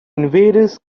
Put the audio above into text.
invaders